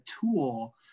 tool